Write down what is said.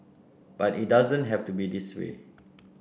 but it doesn't have to be this way